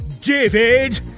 David